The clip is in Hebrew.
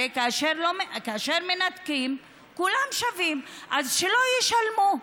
הרי כאשר מנתקים, כולם שווים, אז שלא ישלמו.